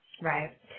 Right